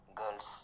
girls